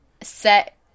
set